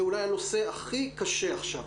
זה אולי הנושא הכי קשה עכשיו,